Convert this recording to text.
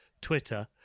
twitter